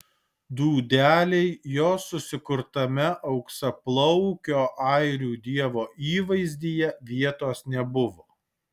dūdelei jos susikurtame auksaplaukio airių dievo įvaizdyje vietos nebuvo